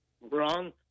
wrong